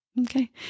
Okay